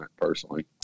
personally